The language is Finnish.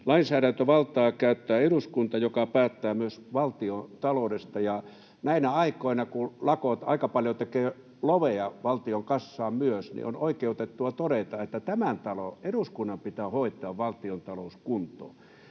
Lainsäädäntövaltaa käyttää eduskunta, joka päättää myös valtiontaloudesta, ja näinä aikoina, kun lakot aika paljon tekevät lovea myös valtion kassaan, on oikeutettua todeta, että tämän talon, eduskunnan, pitää hoitaa valtiontalous kuntoon.